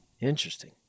Interesting